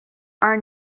are